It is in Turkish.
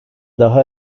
daha